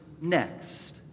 next